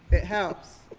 it helps.